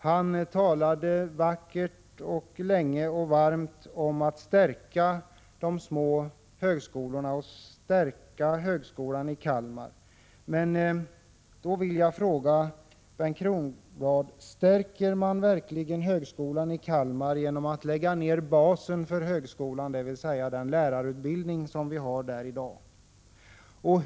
Han talade vackert, länge och varmt om att stärka de små högskolorna och att stärka högskolan i Kalmar. Men då vill jag fråga Bengt Kronblad: Stärker man verkligen högskolan i Kalmar genom att lägga ned basen för högskolan, dvs. den lärarutbildning vi har där i dag?